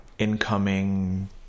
incoming